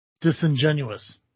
Disingenuous